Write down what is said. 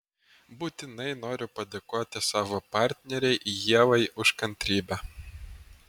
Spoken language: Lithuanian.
būtinai noriu padėkoti savo partnerei ievai už kantrybę